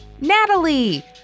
Natalie